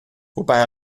wobei